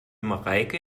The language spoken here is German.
mareike